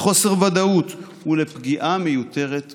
לחוסר ודאות ולפגיעה מיותרת בציבור.